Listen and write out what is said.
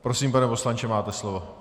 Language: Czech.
Prosím, pane poslanče, máte slovo.